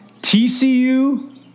TCU